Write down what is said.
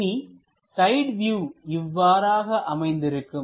இனி side view இவ்வாறாக அமைந்திருக்கும்